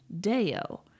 Deo